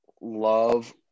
love